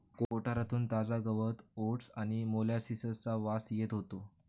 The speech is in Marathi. कोठारातून ताजा गवत ओट्स आणि मोलॅसिसचा वास येत होतो